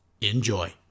Enjoy